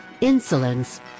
Insolence